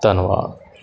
ਧੰਨਵਾਦ